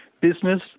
Business